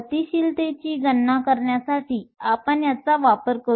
गतिशीलतेची गणना करण्यासाठी आपण याचा वापर करू